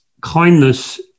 Kindness